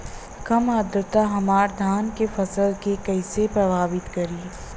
कम आद्रता हमार धान के फसल के कइसे प्रभावित करी?